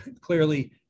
clearly